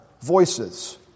voices